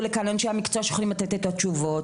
לכאן אנשי המקצוע שיכולים לתת את התשובות,